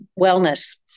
wellness